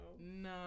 no